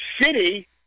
city